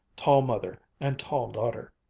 tall mother and tall daughter,